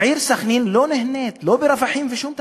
העיר סח'נין לא נהנית לא מרווחים, לא משום דבר.